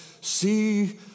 see